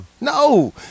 No